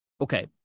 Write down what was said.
okay